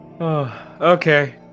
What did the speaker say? Okay